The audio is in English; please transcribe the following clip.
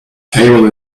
table